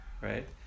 right